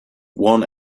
one